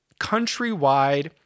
countrywide